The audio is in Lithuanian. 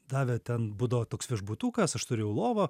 davė ten būdavo toks viešbutukas aš turėjau lovą